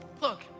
Look